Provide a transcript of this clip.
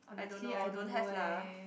I don't know don't have lah